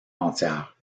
entière